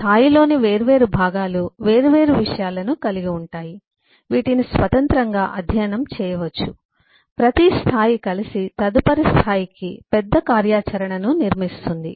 ఒక స్థాయిలోని వేర్వేరు భాగాలు వేర్వేరు విషయాలను కలిగి ఉంటాయి వీటిని స్వతంత్రంగా అధ్యయనం చేయవచ్చు ప్రతి స్థాయి కలిసి తదుపరి స్థాయికి పెద్ద కార్యాచరణను నిర్మిస్తుంది